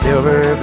Silver